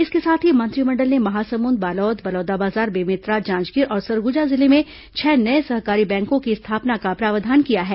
इसके साथ ही मंत्रिमंडल ने महासमुंद बालोद बलौदाबाजार बेमेतरा जांजगीर और सरगुजा जिले में छह नये सहकारी बैंकों की स्थापना का प्रावधान किया है